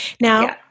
Now